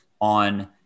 on